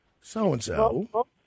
so-and-so